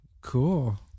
cool